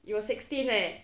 you were sixteen leh